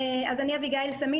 אז אני אביגיל סאמין,